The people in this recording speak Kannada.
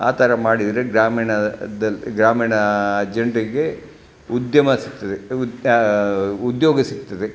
ಆ ಥರ ಮಾಡಿದರೆ ಗ್ರಾಮೀಣದಲ್ಲಿ ಗ್ರಾಮೀಣ ಜನರಿಗೆ ಉದ್ಯಮ ಸಿಗ್ತದೆ ಉದ್ಯೋಗ ಸಿಗ್ತದೆ